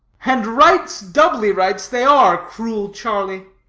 and rites, doubly rights, they are, cruel charlie!